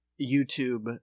YouTube